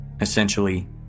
Essentially